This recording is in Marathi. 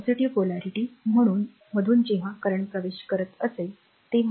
सकारात्मक ध्रुवीयपणामधून जेव्हा current प्रवेश करत असेल तेव्हा